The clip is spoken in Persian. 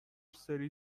سری